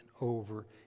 over